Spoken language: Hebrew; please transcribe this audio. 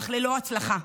אך ללא הצלחה.